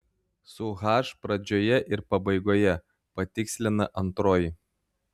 su h pradžioje ir pabaigoje patikslina antroji